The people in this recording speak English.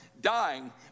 dying